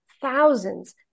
thousands